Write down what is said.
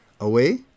away